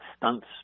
stunts